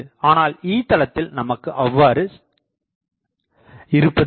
ஆனால் E தளத்தில் நமக்கு அவ்வாறு இருப்பதில்லை